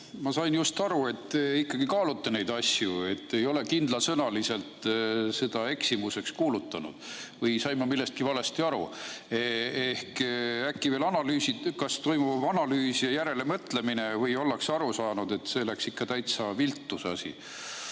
Ma sain just aru, et te ikkagi kaalute neid asju, et ei ole kindla sõnaga seda eksimuseks kuulutanud. Või sain ma millestki valesti aru? Äkki sa veel analüüsid seda? Kas toimub analüüs ja järelemõtlemine või ollakse juba aru saanud, et see asi läks ikka täitsa viltu?